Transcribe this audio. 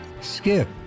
skip